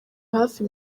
hafi